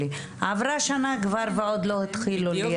עברה שנה כבר ועוד לא התחילו ליישם.